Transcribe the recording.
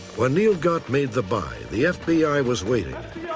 when neil gott made the buy, the fbi was waiting.